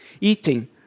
eating